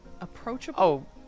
approachable